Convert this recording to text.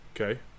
Okay